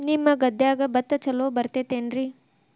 ನಿಮ್ಮ ಗದ್ಯಾಗ ಭತ್ತ ಛಲೋ ಬರ್ತೇತೇನ್ರಿ?